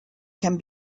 can